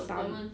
sun~